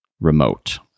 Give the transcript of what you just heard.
remote